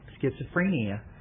schizophrenia